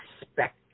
expect